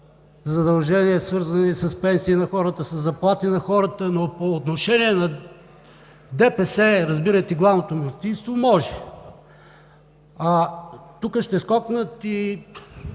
задължения, свързани с пенсии на хората, със заплати на хората, но по отношение на ДПС, разбирайте Главното мюфтийство, може! Тук ще скокнат и